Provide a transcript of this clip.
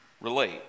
relate